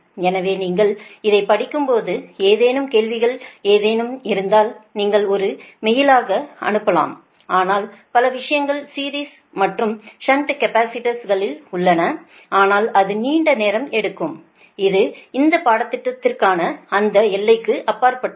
எனவே நீங்கள் இதைப் படிக்கும்போது ஏதேனும் கேள்விகள் ஏதேனும் இருந்தால் நீங்கள் ஒரு மெயிலாக அனுப்பலாம் ஆனால் பல விஷயங்கள் சீரிஸ் மற்றும் ஷன்ட் கேபஸிடர்ஸ்களில் உள்ளன ஆனால் அது நீண்ட நேரம் எடுக்கும் இது இந்த பாடத்திட்டத்திற்கான அந்த எல்லைக்கு அப்பாற்பட்டது